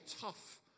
tough